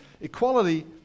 Equality